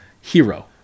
Hero